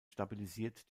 stabilisiert